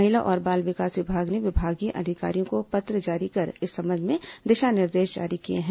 महिला और बाल विकास विभाग ने विभागीय अधिकारियों को पत्र जारी कर इस संबंध में दिशा निर्देश जारी किए हैं